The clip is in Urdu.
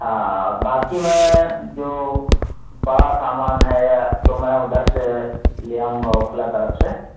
ہاں باقی میں جو بڑا سامان ہے یا تو میں ادھر سے لے آؤں گا اوکھلا طرف سے